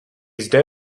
zde